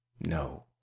No